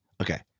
okay